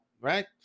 Right